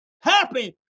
happening